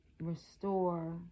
restore